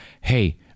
hey